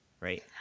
right